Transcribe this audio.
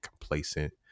complacent